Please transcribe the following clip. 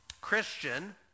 Christian